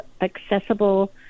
accessible